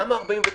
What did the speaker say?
למה 49?